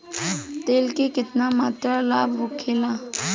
तेल के केतना मात्रा लाभ होखेला?